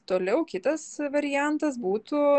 toliau kitas variantas būtų